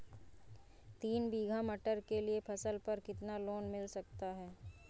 तीन बीघा मटर के लिए फसल पर कितना लोन मिल सकता है?